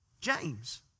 James